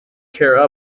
chair